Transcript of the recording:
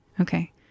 Okay